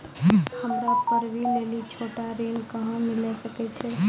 हमरा पर्वो लेली छोटो ऋण कहां मिली सकै छै?